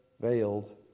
veiled